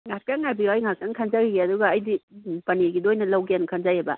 ꯉꯥꯛꯇꯪ ꯉꯥꯏꯕꯤꯌꯣ ꯑꯩ ꯉꯥꯛꯇꯪ ꯈꯟꯖꯒꯤꯒꯦ ꯑꯗꯨꯒ ꯑꯩꯗꯤ ꯄꯥꯅꯤꯔꯒꯤꯗꯣ ꯑꯣꯏꯅ ꯂꯧꯒꯦ ꯈꯟꯖꯩꯑꯕ